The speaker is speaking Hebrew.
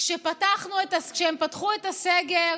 כשהם פתחו את הסגר,